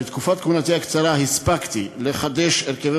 בתקופת כהונתי הקצרה הספקתי לחדש הרכבי